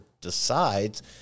decides